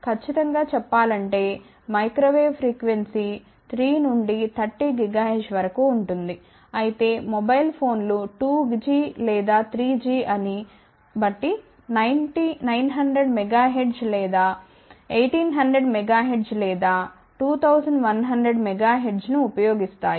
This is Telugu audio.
ఖచ్చితం గా చెప్పాలంటే మైక్రో వేవ్ ఫ్రీక్వెన్సీ 3 నుండి 30 GHz వరకు ఉంటుంది అయితే మొబైల్ ఫోన్లు 2G లేదా 3G ని బట్టి 900 MHz లేదా 1800 MHz లేదా 2100 MHz ను ఉపయోగిస్తాయి